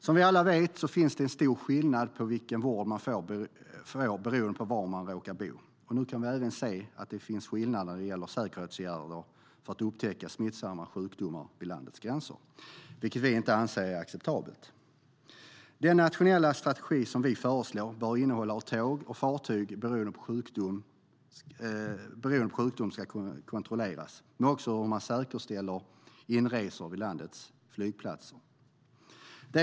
Som vi alla vet finns det stora skillnader i vilken vård man får, beroende på var man råkar bo. Nu kan vi se att det även finns skillnader när det gäller säkerhetsåtgärder för att upptäcka smittsamma sjukdomar vid landets gränser. Det anser vi inte är acceptabelt. Den nationella strategi vi föreslår bör innehålla hur tåg och fartyg, beroende på sjukdom, ska kontrolleras, men också hur man säkerställer inresor vid landets flygplatser.